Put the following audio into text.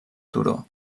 turó